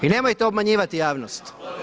I nemojte obmanjivati javnost.